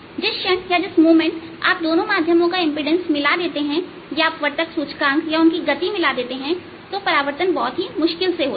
जिस क्षण आप दो माध्यमों का इंपीडेंस मिलाते हैं या अपवर्तक सूचकांक या गति मिलाते हैं तो परावर्तन बहुत मुश्किल होता है